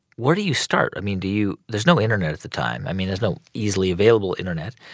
where do you start? i mean, do you there's no internet at the time. i mean, there's no easily available internet.